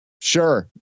Sure